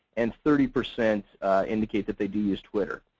and thirty percent indicate that they do use twitter.